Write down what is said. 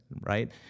right